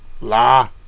La